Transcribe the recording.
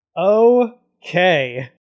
Okay